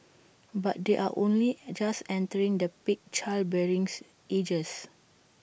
but they are only just entering the peak childbearing ages